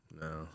No